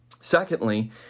Secondly